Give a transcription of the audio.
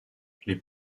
les